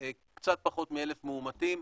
היו קצת פחות מ-1,000 מאומתים,